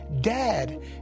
dad